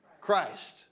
Christ